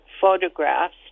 photographs